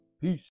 Peace